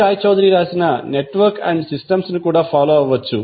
రాయ్ చౌదరి రాసిన network and సిస్టమ్స్ను కూడా ఫాలో అవ్వవచ్చు